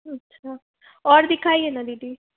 अच्छा और दिखाइए ना दीदी